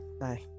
bye